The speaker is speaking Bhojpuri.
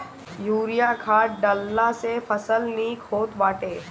यूरिया खाद डालला से फसल निक होत बाटे